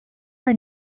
her